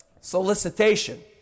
solicitation